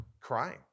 crying